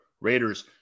Raiders